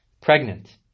pregnant